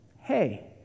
hey